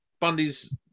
Bundy's